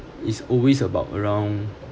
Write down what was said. it's always about around